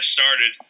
started